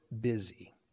busy